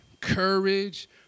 courage